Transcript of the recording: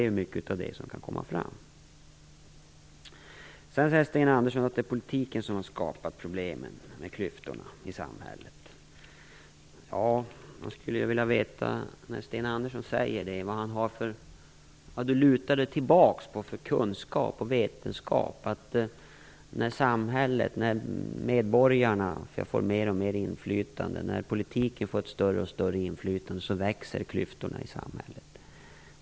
Sten Andersson säger att det är politiken som har skapat problemet med klyftorna i samhället. När medborgarna får mer inflytande, när politiken får ett större inflytande växer klyftorna i samhället. Jag skulle vilja veta vilken kunskap och vilken vetenskap Sten Andersson lutar sig mot när han säger detta.